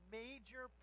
major